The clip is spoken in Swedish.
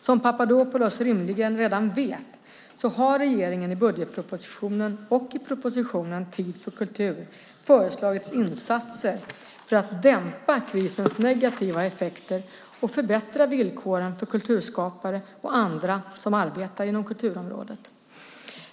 Som Papadopoulos rimligen redan vet har regeringen i budgetpropositionen och i propositionen Tid för kultur föreslagit insatser för att dämpa krisens negativa effekter och förbättra villkoren för kulturskapare och andra som arbetar inom kulturområdet.